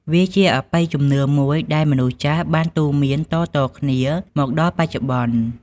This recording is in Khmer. វាជាអបិយជំនឿមួយដែលមនុស្សចាស់បានទូន្មានតៗគ្នាមកដល់បច្ចុប្បន្ន។